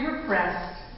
repressed